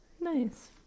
nice